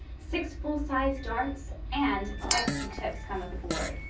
six full size darts and extra tips come with the board.